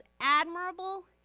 admirable